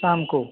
शाम को